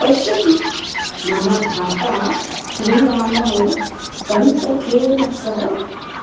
पश्यति मम भ्राता श्रीरामः कण्टकेन सह